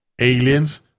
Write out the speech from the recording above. aliens